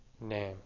name